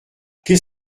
qu’est